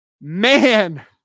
Man